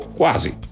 quasi